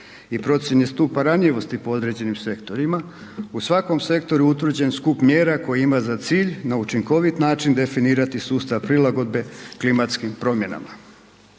i procjeni stupnja ranjivosti po određenim sektorima, u svakom sektoru utvrđen skup mjera koje ima za cilj na učinkovit način definirati sustav prilagodbe klimatskim promjenama.